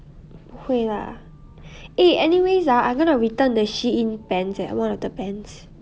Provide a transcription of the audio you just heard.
不会 lah eh anyways ah I'm gonna return the SHEIN pants eh one of the pants